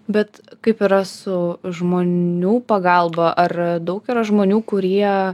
bet kaip yra su žmonių pagalba ar daug yra žmonių kurie